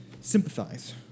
sympathize